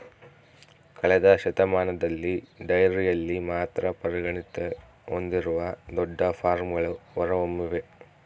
ಕಳೆದ ಶತಮಾನದಲ್ಲಿ ಡೈರಿಯಲ್ಲಿ ಮಾತ್ರ ಪರಿಣತಿ ಹೊಂದಿರುವ ದೊಡ್ಡ ಫಾರ್ಮ್ಗಳು ಹೊರಹೊಮ್ಮಿವೆ